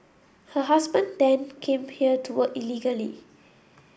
her husband then came here to work illegally